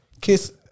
kiss